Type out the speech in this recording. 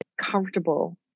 comfortable